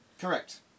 Correct